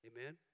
Amen